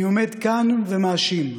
אני עומד כאן ומאשים.